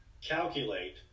calculate